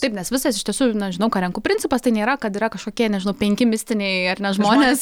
taip nes visas iš tiesų na žinau ką renku principas tai nėra kad yra kažkokie nežinau penki mistiniai ar ne žmonės